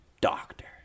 Doctor